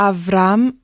Avram